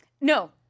no